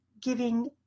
giving